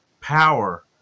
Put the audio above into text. power